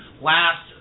last